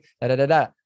da-da-da-da